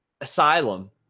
asylum